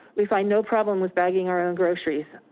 we find no problem with bagging our own groceries.